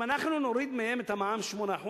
אם אנחנו נוריד מהם את המע"מ ל-8%,